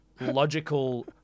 logical